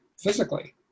physically